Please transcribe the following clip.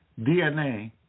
DNA